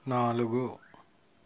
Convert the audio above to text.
నాలుగు